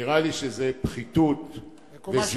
נראה לי שזו פחיתות וזילות,